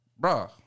bruh